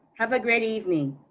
have a great evening.